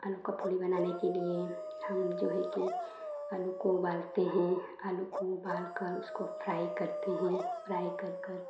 आलू की पूड़ी बनाने के लिए हम जो है कि आलू को उबालते हैं आलू को उबालकर उसको फ्राइ करते हैं फ्राइ कर कर